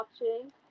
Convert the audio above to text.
watching